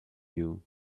you